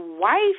wife